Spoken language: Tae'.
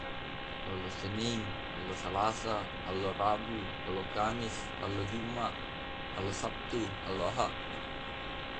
Allo sening, allo salasa, allo rabu, allo kamis, allo juma, allo sabtu, allo aha.